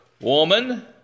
Woman